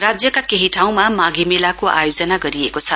राज्यका केही ठाँउमा माघे मेलाको आयोजना गरिएको छ